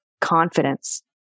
confidence